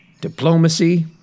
Diplomacy